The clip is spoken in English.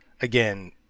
again